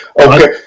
Okay